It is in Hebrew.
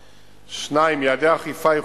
2. יעדי אכיפה איכותית,